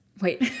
Wait